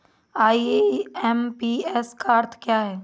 IMPS का क्या अर्थ है?